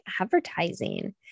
advertising